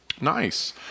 Nice